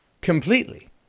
completely